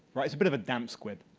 it's a bit of a damn squid.